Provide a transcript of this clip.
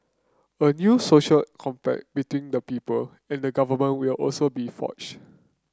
a new social compact between the people and the government will also be forged